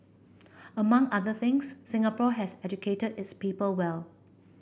among other things Singapore has educated its people well